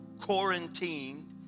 quarantined